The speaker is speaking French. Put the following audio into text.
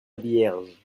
vierge